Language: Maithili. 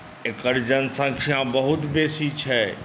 एकर जनसङ्ख्या बहुत बेसी छै